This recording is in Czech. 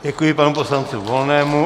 Děkuji panu poslanci Volnému.